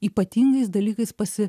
ypatingais dalykais pasi